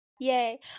Yay